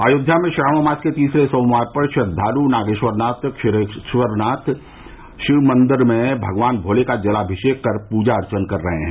अयोध्या में श्रावण मास के तीसने सोमवार पर श्रद्वालु नागेश्वरनाथ क्षीरेश्वरनाथ शिव मंदिर में भगवान भोलेनाथ का जलामिषेक कर पूजा अर्चना कर रहे हैं